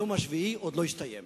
היום השביעי עוד לא הסתיים,